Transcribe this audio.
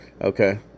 okay